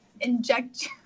inject